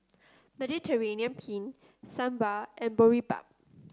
Mediterranean Penne Sambar and Boribap